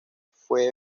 fue